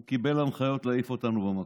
הוא קיבל הנחיות להעיף אותנו במקום.